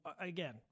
again